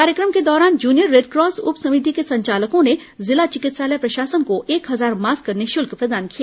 कार्यक्रम के दौरान जूनियर रेडक्रॉस उप समिति के संचालकों ने जिला चिकित्सालय प्रशासन को एक हजार मास्क निःशुल्क प्रदान किए